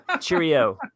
Cheerio